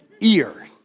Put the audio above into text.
Ear